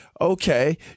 Okay